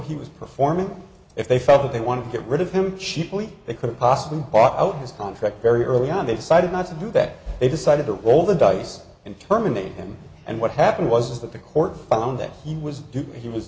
he was performing if they felt that they want to get rid of him cheaply they could possibly pop out his contract very early on they decided not to do that they decided to roll the dice and terminate him and what happened was that the court found that he was he was